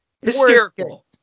Hysterical